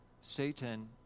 Satan